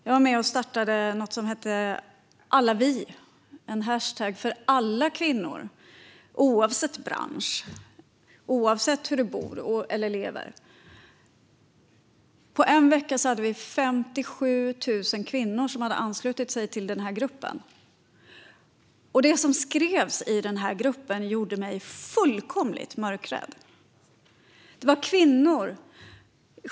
Jag var med och startade #allavi, en hashtag för alla kvinnor oavsett bransch och levnadsförhållanden. På en vecka hade 57 000 kvinnor anslutit sig till gruppen. Det som skrevs i gruppen gjorde mig fullkomligt mörkrädd.